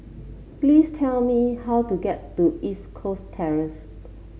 please tell me how to get to East Coast Terrace